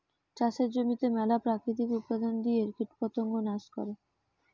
চাষের জমিতে মেলা প্রাকৃতিক উপাদন দিয়ে কীটপতঙ্গ নাশ করেটে